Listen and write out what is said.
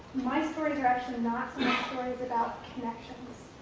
my stories are actually not stories about connections.